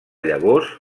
llavors